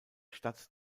stadt